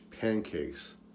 pancakes